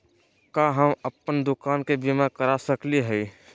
का हम अप्पन दुकान के बीमा करा सकली हई?